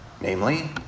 Namely